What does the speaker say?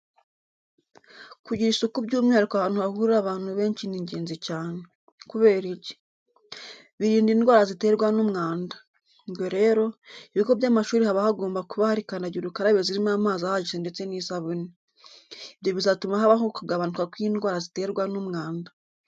Kugira isuku by'umwihariko ahantu hahurira abantu benshi ni ingenzi cyane. Kubera iki? Birinda indwara ziterwa n'umwanda. Ubwo rero, ibigo by'amashuri haba hagomba kuba hari kandagira ukarabe zirimo amazi ahagije ndetse n'isabune. Ibyo bizatuma habaho ukugabanuka kw'indwara ziterwa n'umwanda.